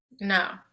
No